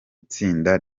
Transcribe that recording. itsinda